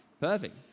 Perfect